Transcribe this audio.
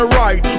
right